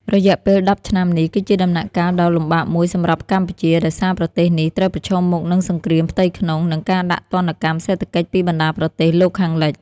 រយៈពេល ១០ ឆ្នាំនេះ គឺជាដំណាក់កាលដ៏លំបាកមួយសម្រាប់កម្ពុជា ដោយសារប្រទេសនេះត្រូវប្រឈមមុខនឹងសង្គ្រាមផ្ទៃក្នុង និងការដាក់ទណ្ឌកម្មសេដ្ឋកិច្ចពីបណ្ដាប្រទេសលោកខាងលិច ។